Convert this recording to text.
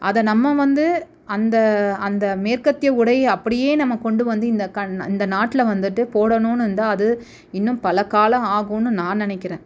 அதை நம்ம வந்து அந்த அந்த மேற்கத்திய உடையை அப்படியே நம்ம கொண்டு வந்து இந்த கண் இந்த நாட்டில் வந்துட்டு போடணும்னு இருந்தால் அது இன்னும் பல காலம் ஆகும்னு நான் நினைக்கிறேன்